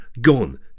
Gone